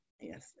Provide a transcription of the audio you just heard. Yes